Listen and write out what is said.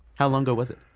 how long ago was it?